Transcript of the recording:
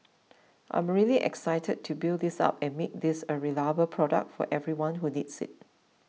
I'm really excited to build this up and make this a reliable product for everyone who needs it